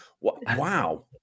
Wow